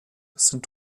sind